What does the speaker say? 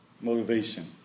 motivation